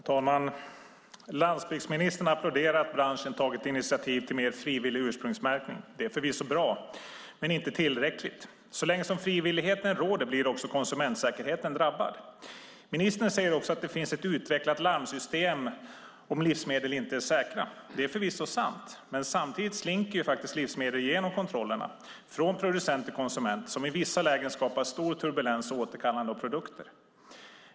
Herr talman! Landsbygdsministern applåderar att branschen tagit initiativ till mer frivillig ursprungsmärkning. Det är förvisso bra, men inte tillräckligt. Så länge som frivilligheten råder blir också konsumentsäkerheten drabbad. Ministern säger också att det finns ett utvecklat larmsystem om livsmedel inte är säkra. Det är förvisso sant, men samtidigt slinker faktiskt livsmedel igenom kontrollerna, från producent till konsument, och skapar i vissa lägen stor turbulens och återkallande av produkter.